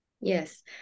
Yes